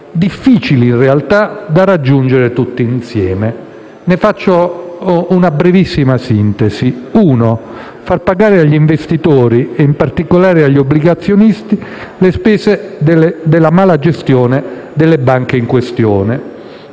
di risultati di discutibile utilità. Ne faccio una brevissima sintesi. Uno, far pagare agli investitori, e in particolare agli obbligazionisti, le spese della mala gestione delle banche in questione.